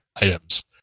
items